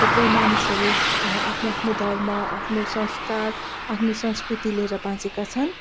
थुप्रै मानिसहरू आफ्नो आफ्नो धर्म आफ्नो संस्कार आफ्नो संस्कृति लिएर बाँचेका छन्